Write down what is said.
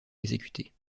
exécutés